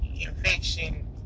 infection